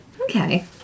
Okay